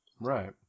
right